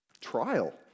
trial